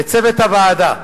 לצוות הוועדה,